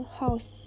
house